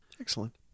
Excellent